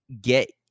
get